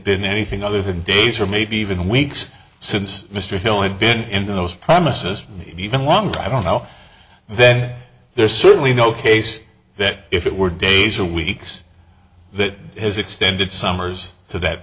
been anything other than days or maybe even weeks since mr hill had been in those promises even longer i don't know then there's certainly no case that if it were days or weeks that has extended summers to that